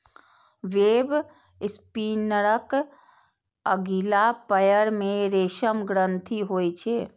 वेबस्पिनरक अगिला पयर मे रेशम ग्रंथि होइ छै